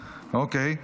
אוקיי.